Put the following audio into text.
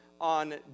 on